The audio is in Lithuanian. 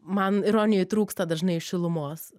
man ironijoj trūksta dažnai šilumos